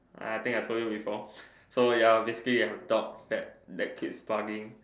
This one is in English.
I think I told you before so ya basically you have a dog that that keeps barking